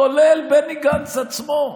כולל בני גנץ עצמו.